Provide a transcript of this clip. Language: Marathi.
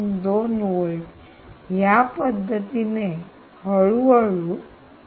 2 व्होल्ट या पद्धतीने हळूहळू 3